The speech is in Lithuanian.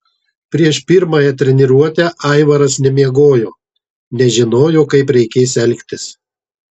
prieš pirmąją treniruotę aivaras nemiegojo nežinojo kaip reikės elgtis